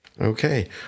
Okay